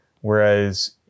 whereas